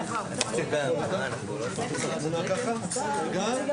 הישיבה ננעלה בשעה 10:47.